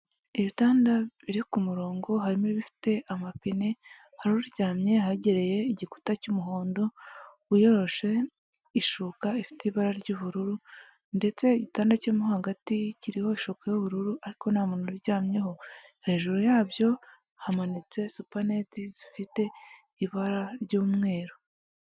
Ibitanda biri ku ku murongo harimo ibifite amapine hari uryamye ahegereye igikuta cy'umuhondo wiyoroshe ishuka ifite ibara ry'ubururu, ndetse igitanda cyo mo hagati kiriho ishuka y'ubururu ariko nta muntu uryamyeho, hejuru yabyo hamanitse supanete zifite ibara ry'umweru.